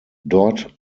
dort